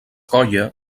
colla